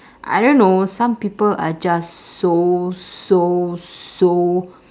I don't know some people are just so so so